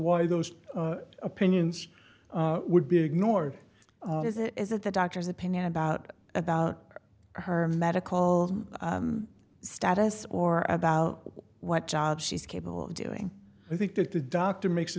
why those opinions would be ignored as it is that the doctor's opinion about about her medical status or about what job she's capable of doing i think that the doctor makes